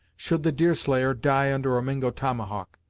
should the deerslayer die under a mingo tomahawk,